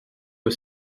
aux